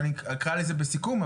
ואני אקרא לזה בסיכום,